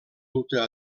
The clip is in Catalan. duta